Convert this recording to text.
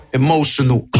emotional